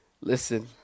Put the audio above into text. listen